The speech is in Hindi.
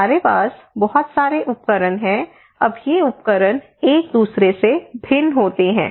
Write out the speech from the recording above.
हमारे पास बहुत सारे उपकरण हैं अब ये उपकरण एक दूसरे से भिन्न होते हैं